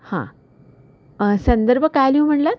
हां संदर्भ काय लिहू म्हणालात